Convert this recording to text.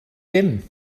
dim